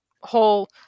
whole